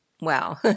Wow